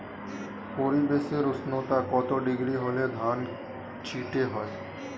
পরিবেশের উষ্ণতা কত ডিগ্রি হলে ধান চিটে হয়?